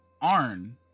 Arn